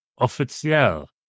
Officiel